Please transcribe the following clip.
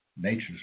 Nature's